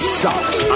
sucks